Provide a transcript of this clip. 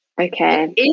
Okay